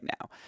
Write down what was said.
now